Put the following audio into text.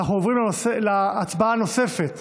אנחנו עוברים להצבעה נוספת,